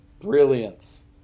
brilliance